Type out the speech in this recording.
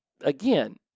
Again